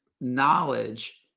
knowledge